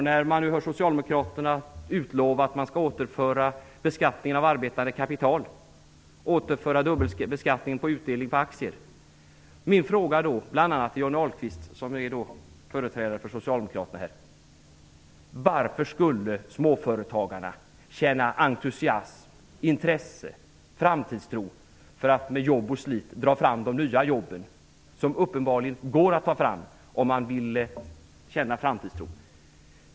När man hör Socialdemokraterna utlova att man skall återföra beskattningen av arbetande kapital, återföra dubbelbeskattning av utdelning på aktier blir min fråga till bl.a. Johnny Ahlqvist som är företrädare för Socialdemokraterna här: Varför skulle småföretagarna känna entusiasm, intresse, framtidstro och med arbete och slit dra fram de nya jobb som uppenbarligen går att ta fram om man känner framtidstro?